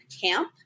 Camp